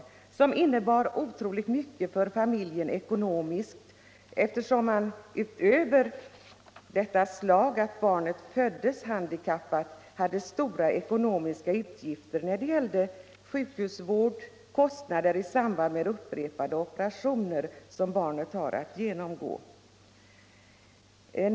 Detta innebar otroligt mycket för familjen ekonomiskt sett, eftersom man utöver detta slag att barnet föddes handikappat hade stora ekonomiska utgifter för sjukhusvård och kostnader i samband med upprepade operationer som barnet har att genomgå.